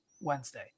Wednesday